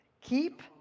keep